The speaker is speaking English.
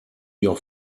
your